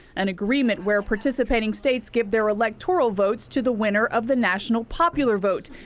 an agreement where participating states give their electoral votes to the winner of the national popular vote,